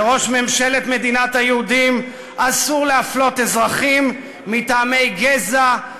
לראש ממשלת מדינת היהודים אסור להפלות אזרחים מטעמי גזע,